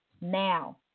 now